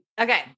Okay